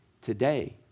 today